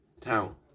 town